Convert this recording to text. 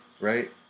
right